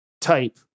type